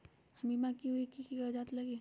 बिमा होई त कि की कागज़ात लगी?